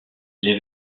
les